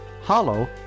Hollow